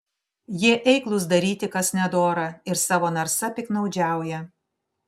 jie eiklūs daryti kas nedora ir savo narsa piktnaudžiauja